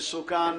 שנכנסו לכאן.